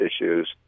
issues